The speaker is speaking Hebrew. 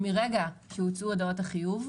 מרגע שהוצאו הודעות החיוב,